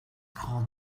called